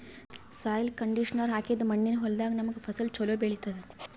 soil conditioner ಹಾಕಿದ್ದ್ ಮಣ್ಣಿನ್ ಹೊಲದಾಗ್ ನಮ್ಗ್ ಫಸಲ್ ಛಲೋ ಬೆಳಿತದ್